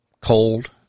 cold